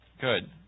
good